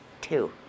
Two